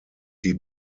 die